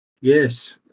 Yes